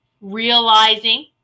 realizing